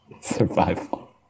Survival